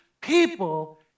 people